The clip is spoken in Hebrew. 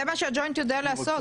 זה מה שהג'וינט יודע לעשות.